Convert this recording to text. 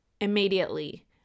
immediately